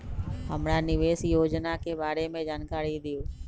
हमरा निवेस योजना के बारे में जानकारी दीउ?